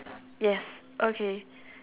yes okay